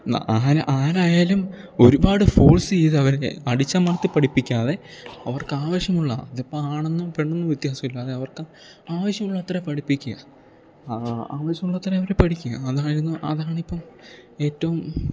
ആര് ആരായാലും ഒരുപാട് ഫോഴ്സ് ചെയ്ത് അവരെ അടിച്ചമർത്തി പഠിപ്പിക്കാതെ അവർക്ക് ആവശ്യമുള്ള അതിപ്പം ആണെന്നും പെണ്ണെന്നും വ്യത്യാസമില്ലാതെ അവർക്ക് ആവശ്യമുള്ളത്ര പഠിപ്പിക്കുക ആവശ്യമുള്ളത്ര അവരെ പഠിക്കുക അതായിരുന്നു അതാണിപ്പം ഏറ്റവും